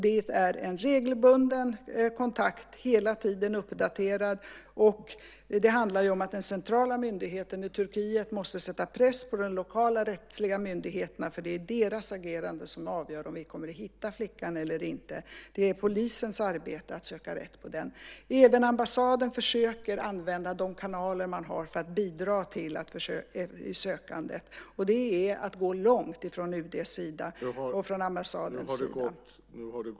Det är en regelbunden kontakt, hela tiden uppdaterad, och det handlar om att den centrala myndigheten i Turkiet måste sätta press på de lokala rättsliga myndigheterna. Det är deras agerande som avgör om vi kommer att hitta flickan eller inte. Det är polisens arbete att söka rätt på det. Även ambassaden försöker använda de kanaler som man har för att bidra i sökandet. Det är att gå långt från UD:s och ambassadens sida .